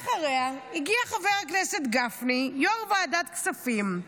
אחריה הגיע חבר הכנסת גפני, יו"ר ועדת הכספים,